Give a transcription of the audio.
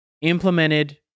implemented